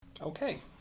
Okay